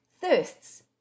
thirsts